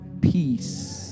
peace